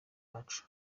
yacu